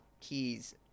keys